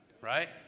right